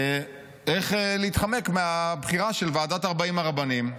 איך להתחמק מהבחירה של ועדת 40 הרבנים.